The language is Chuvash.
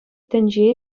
тӗнче